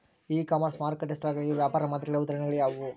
E commerce ಮಾರುಕಟ್ಟೆ ಸ್ಥಳಗಳಿಗೆ ವ್ಯಾಪಾರ ಮಾದರಿಗಳ ಉದಾಹರಣೆಗಳು ಯಾವುವು?